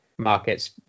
markets